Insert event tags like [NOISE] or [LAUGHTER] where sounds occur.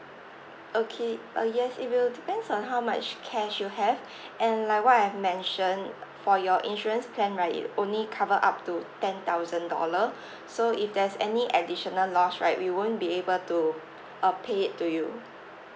okay uh yes it will depends on how much cash you have [BREATH] and like what I've mentioned for your insurance plan right it only cover up to ten thousand dollar [BREATH] so if there's any additional loss right we won't be able to uh pay it to you